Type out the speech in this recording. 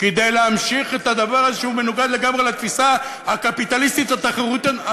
כדי להמשיך את הדבר הזה שהוא מנוגד לגמרי לתפיסה הקפיטליסטית המפריטה.